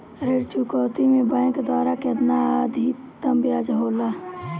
ऋण चुकौती में बैंक द्वारा केतना अधीक्तम ब्याज होला?